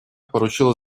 поручило